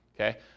Okay